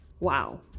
wow